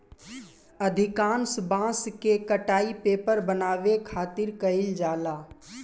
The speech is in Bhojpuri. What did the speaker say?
अधिकांश बांस के कटाई पेपर बनावे खातिर कईल जाला